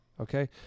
Okay